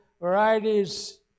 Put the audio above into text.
varieties